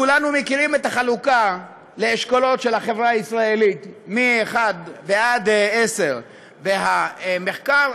כולנו מכירים את החלוקה של החברה הישראלית לאשכולות מ-1 ועד 10. המחקר